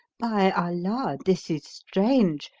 by allah, this is strange!